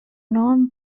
non